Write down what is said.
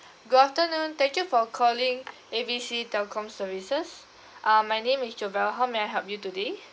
good afternoon thank you for calling A B C telco services uh my name is javal how may I help you today